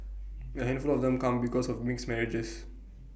A handful of them come because of mixed marriages